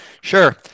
Sure